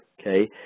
okay